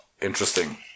interesting